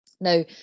Now